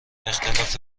اختلاف